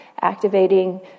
activating